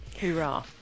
Hoorah